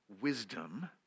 wisdom